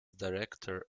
director